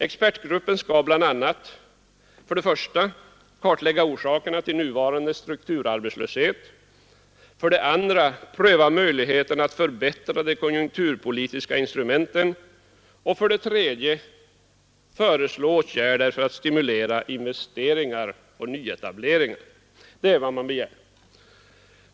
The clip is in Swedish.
Expertgruppen skall 1. kartlägga orsakerna till nuvarande strukturarbetslöshet, 2. pröva möjligheterna att förbättra de konjunkturpolitiska instrumenten, 3. föreslå åtgärder för att stimulera investeringar och nyetableringar.